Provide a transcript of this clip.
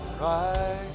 Right